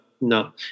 no